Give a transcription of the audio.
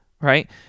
right